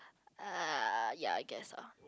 er ya I guess uh